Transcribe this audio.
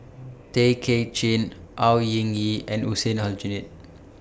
Tay Kay Chin Au Hing Yee and Hussein Aljunied